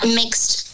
mixed